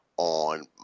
On